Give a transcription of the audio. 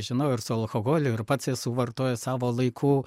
žinau ir su alkoholiu ir pats esu vartojęs savo laiku